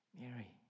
mary